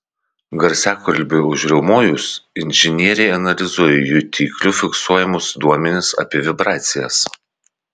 garsiakalbiui užriaumojus inžinieriai analizuoja jutiklių fiksuojamus duomenis apie vibracijas